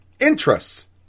Interests